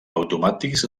automàtics